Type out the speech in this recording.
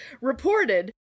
reported